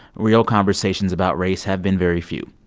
real conversations about race have been very few.